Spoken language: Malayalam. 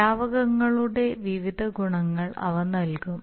ദ്രാവകങ്ങളുടെ വിവിധ ഗുണങ്ങൾ അവ നൽകും